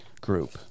group